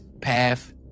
path